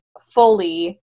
fully